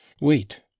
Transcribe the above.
wait